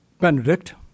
Benedict